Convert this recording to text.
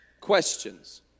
questions